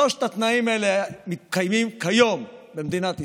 שלושת התנאים האלה מתקיימים כיום במדינת ישראל.